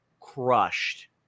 crushed